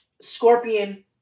Scorpion